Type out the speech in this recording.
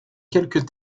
quelques